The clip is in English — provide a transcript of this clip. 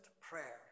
prayer